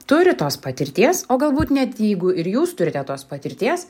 turi tos patirties o galbūt net jeigu ir jūs turite tos patirties